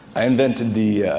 i invented the